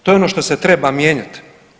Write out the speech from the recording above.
To je ono što se treba mijenjati.